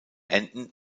enden